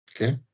Okay